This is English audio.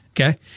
okay